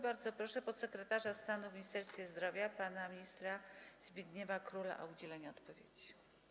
Bardzo proszę podsekretarza stanu w Ministerstwie Zdrowia pana ministra Zbigniewa Króla o udzielenie odpowiedzi.